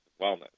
wellness